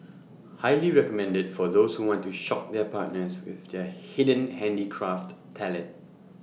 highly recommended for those who want to shock their partners with their hidden handicraft talent